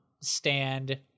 stand